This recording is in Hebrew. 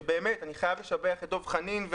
ואני חייב לשבח את דב חנין,